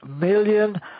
million